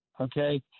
okay